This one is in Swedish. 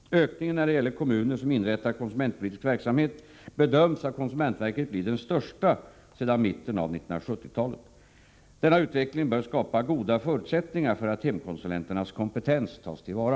Ökningen när det gäller kommuner som inrättar konsumentpolitisk verksamhet bedöms av konsumentverket bli den största sedan mitten av 1970-talet. Denna utveckling bör skapa goda förutsättningar för att hemkonsulenternas kompetens tas till vara.